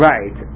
Right